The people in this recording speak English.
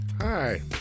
Hi